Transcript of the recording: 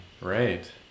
Right